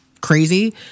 crazy